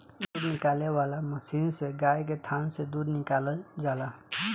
दूध निकाले वाला मशीन से गाय के थान से दूध निकालल जाला